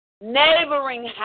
neighboring